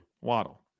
Waddle